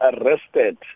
arrested